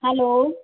hello